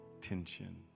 tension